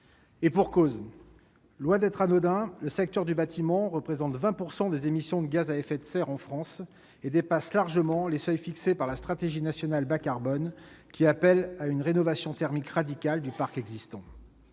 Et pour cause : loin d'être anodin, le secteur du bâtiment représente 20 % des émissions de gaz à effet de serre en France et dépasse largement les seuils fixés par la stratégie nationale bas-carbone, qui appelle à une rénovation thermique radicale du parc existant.